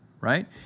right